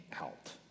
out